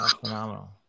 phenomenal